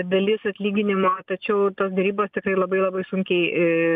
dalis atlyginimo tačiau tos derybos tikrai labai labai sunkiai